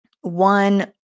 one